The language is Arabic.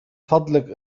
فضلك